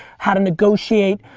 how to negotiate.